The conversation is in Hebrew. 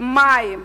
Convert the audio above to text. מים.